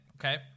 okay